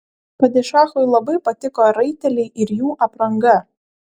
padišachui labai patiko raiteliai ir jų apranga